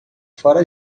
fora